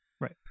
Right